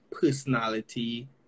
personality